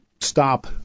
stop